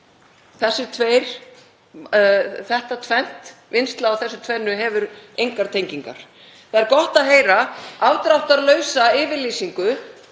Þetta tvennt, vinnsla á þessu tvennu, hefur engar tengingar. Það er gott að heyra afdráttarlausa yfirlýsingu